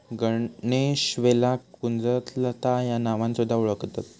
गणेशवेलाक कुंजलता ह्या नावान सुध्दा वोळखतत